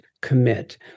commit